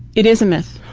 it is a myth.